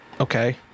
okay